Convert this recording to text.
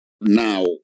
Now